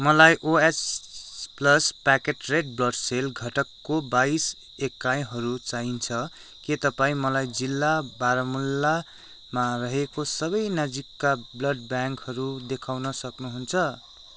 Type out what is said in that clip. मलाई OH plus packed red blood cells घटकको बाइस एकाइहरू चाहिन्छ के तपाईँँ मलाई जिल्ला बारामुल्लामा रहेको सबै नजिकका ब्लड ब्याङ्कहरू देखाउन सक्नुहुन्छ